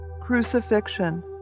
crucifixion